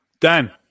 Dan